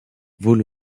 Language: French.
vaut